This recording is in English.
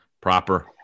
proper